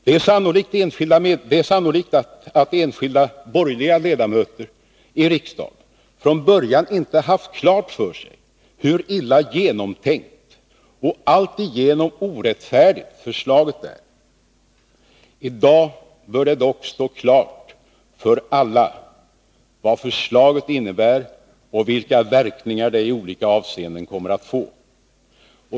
Det är sannolikt att enskilda borgerliga ledamöter i riksdagen från början inte haft klart för sig hur illa genomtänkt och alltigenom orättfärdigt förslaget är. I dag bör det dock stå klart för alla vad förslaget innebär och vilka verkningar det i olika avseenden kommer att få.